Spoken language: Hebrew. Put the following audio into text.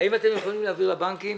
האם אתם יכולים להבהיר לבנקים